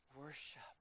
Worship